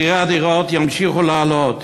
מחירי הדירות ימשיכו לעלות.